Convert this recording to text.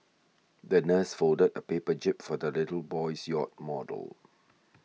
the nurse folded a paper jib for the little boy's yacht model